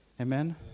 Amen